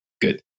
Good